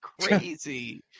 crazy